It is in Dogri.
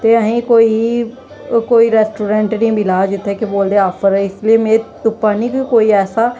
ते अहेंगी कोई कोई रेस्ट्रोरेंट नेईं मिला दा जित्थें कि केह् बोलदे आफर ऐ इसलेई में तुप्पा नी कोई ऐसा